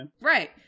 Right